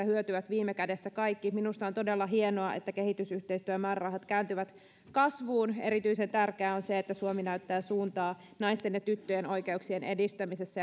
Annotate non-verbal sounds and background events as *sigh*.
*unintelligible* hyötyvät viime kädessä kaikki minusta on todella hienoa että kehitysyhteistyön määrärahat kääntyvät kasvuun erityisen tärkeää on se että suomi näyttää suuntaa naisten ja tyttöjen oikeuksien edistämisessä *unintelligible*